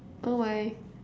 oh my